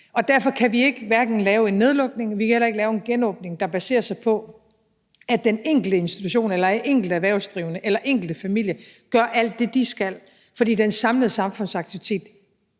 Derfor kan vi hverken lave en nedlukning eller en genåbning, der baserer sig på, at den enkelte institution, enkelte erhvervsdrivende, eller enkelte familie gør alt det, de skal, for den samlede samfundsaktivitet